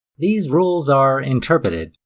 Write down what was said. these rules are interpreted,